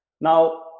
Now